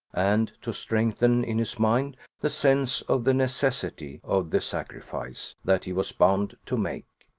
and to strengthen in his mind the sense of the necessity of the sacrifice that he was bound to make.